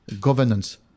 governance